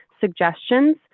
suggestions